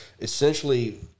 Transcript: essentially